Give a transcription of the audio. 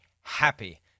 happy